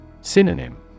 Synonym